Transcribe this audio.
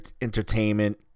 entertainment